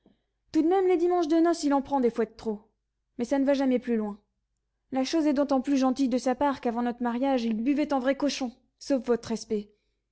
tout de même les dimanches de noce il en prend des fois de trop mais ça ne va jamais plus loin la chose est d'autant plus gentille de sa part qu'avant notre mariage il buvait en vrai cochon sauf votre respect